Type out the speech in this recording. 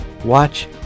Watch